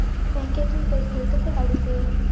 बँकेतून पैसे कसे काढूचे?